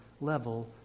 level